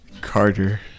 Carter